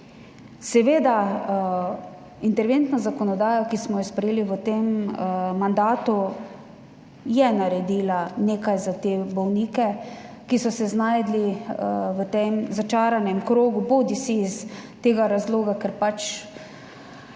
Seveda je interventna zakonodaja, ki smo jo sprejeli v tem mandatu, naredila nekaj za te bolnike, ki so se znašli v tem začaranem krogu bodisi iz tega razloga, ker so